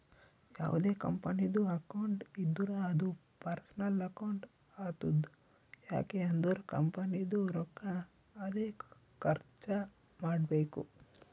ಯಾವ್ದೇ ಕಂಪನಿದು ಅಕೌಂಟ್ ಇದ್ದೂರ ಅದೂ ಪರ್ಸನಲ್ ಅಕೌಂಟ್ ಆತುದ್ ಯಾಕ್ ಅಂದುರ್ ಕಂಪನಿದು ರೊಕ್ಕಾ ಅದ್ಕೆ ಖರ್ಚ ಮಾಡ್ಬೇಕು